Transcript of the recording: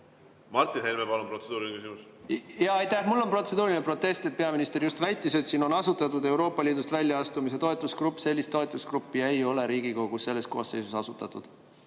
Martin Helme, palun, protseduuriline küsimus! Mul on protseduuriline protest. Peaminister just väitis, et siin on asutatud Euroopa Liidust väljaastumise toetusgrupp. Sellist toetusgruppi ei ole Riigikogu selles koosseisus asutatud.